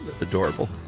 adorable